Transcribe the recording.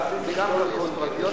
להכניס את זה גם לחברות פרטיות,